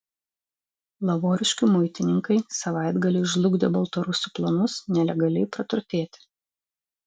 lavoriškių muitininkai savaitgalį žlugdė baltarusių planus nelegaliai praturtėti